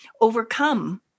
overcome